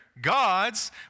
God's